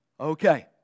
Okay